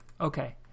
okay